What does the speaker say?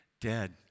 dead